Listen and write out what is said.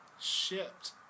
shipped